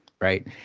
Right